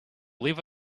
leave